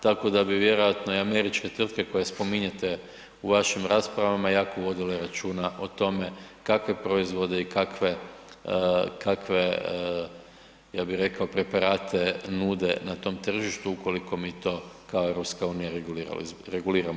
Tako da bi vjerojatno i američke tvrtke koje spominjete u vašim raspravama jako vodile računa o tome kakve proizvode i kakve, kakve ja bi rekao preparate nude na tom tržištu ukoliko mi to kao EU reguliramo.